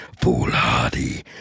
foolhardy